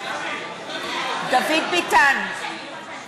נגד מירב בן